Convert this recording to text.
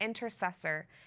intercessor